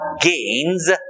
gains